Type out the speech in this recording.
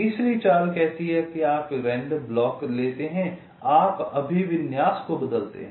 तीसरी चाल कहती है कि आप एक रैंडम ब्लॉक लेते हैं आप अभिविन्यास को बदलते हैं